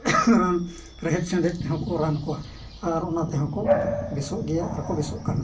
ᱨᱟᱱ ᱨᱮᱦᱮᱫ ᱥᱮᱸᱫᱮᱛ ᱛᱮᱦᱚᱸ ᱠᱚ ᱨᱟᱱ ᱠᱚᱣᱟ ᱟᱨ ᱚᱱᱟ ᱛᱮᱦᱚᱸ ᱠᱚ ᱵᱮᱥᱚᱜ ᱜᱮᱭᱟ ᱟᱨᱠᱚ ᱵᱮᱥᱚᱜ ᱠᱟᱱᱟ